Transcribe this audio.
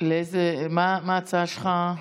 מה ההצעה שלך?